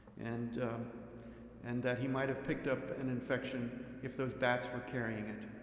and and that he might have picked up an infection if those bats were carrying it.